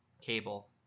cable